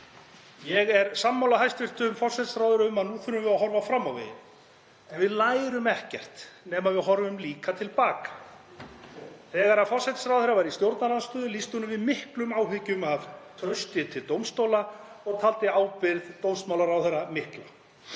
Ég er sammála hæstv. forsætisráðherra um að nú þurfum við að horfa fram á veginn, en við lærum ekkert nema við horfum líka til baka. Þegar forsætisráðherra var í stjórnarandstöðu lýsti hún yfir miklum áhyggjum af trausti til dómstóla og taldi ábyrgð dómsmálaráðherra mikla.